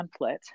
template